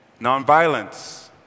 nonviolence